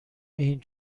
این